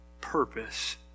purpose